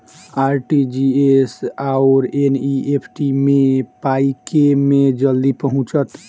RTGS आओर NEFT मे पाई केँ मे जल्दी पहुँचत?